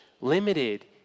limited